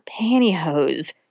pantyhose